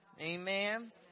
Amen